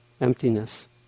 emptiness